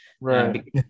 right